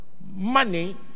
money